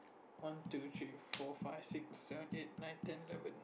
one two three four five six seven eight nine ten eleven